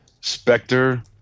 Spectre